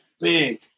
big